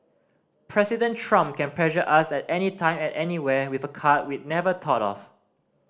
President Trump can pressure us at anytime at anywhere with a card we'd never thought of